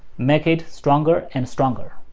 making it stronger and stronger.